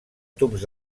tubs